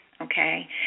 okay